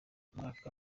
umwaka